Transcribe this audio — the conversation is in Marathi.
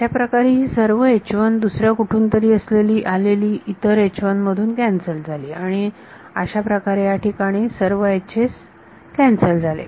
अशाप्रकारे ही सर्व दुसऱ्या कुठून तरी असलेली इतर मधून कॅन्सल झाली आणि अशाप्रकारे याठिकाणी सर्व Hs कॅन्सल झाली